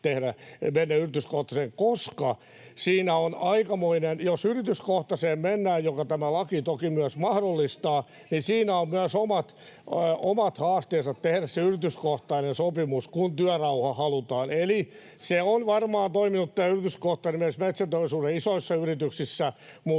välihuuto] koska jos yrityskohtaiseen mennään, minkä tämä laki toki myös mahdollistaa, [Niina Malmin välihuuto] niin siinä on myös omat haasteensa tehdä se yrityskohtainen sopimus, kun työrauha halutaan. Eli se on varmaan toiminut, tämä yrityskohtainen, myös metsäteollisuuden isoissa yrityksissä, mutta